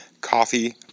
coffee